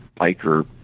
biker